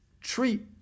treat